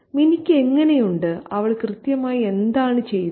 മിനിക്ക് എങ്ങനെയുണ്ട് അവൾ കൃത്യമായി എന്താണ് ചെയ്യുന്നത്